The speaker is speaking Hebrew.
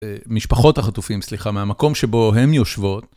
אה, משפחות החטופים, סליחה, מהמקום שבו הן יושבות.